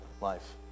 life